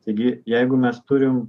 taigi jeigu mes turim